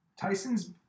Tyson's –